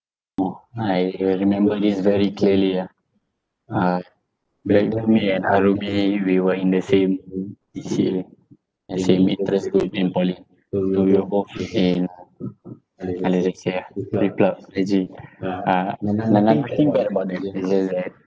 orh I re~ remember this very clearly ah uh and we were in the same C_C_A ya same interest too in poly so we were both in ah